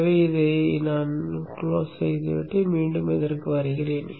எனவே இதை மூடிவிட்டு மீண்டும் இதற்கு வருகிறேன்